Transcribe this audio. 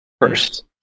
first